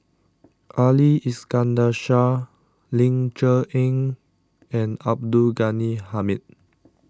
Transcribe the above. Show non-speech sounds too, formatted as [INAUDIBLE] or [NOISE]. [NOISE] Ali Iskandar Shah Ling Cher Eng and Abdul Ghani Hamid